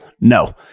No